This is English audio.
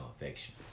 affection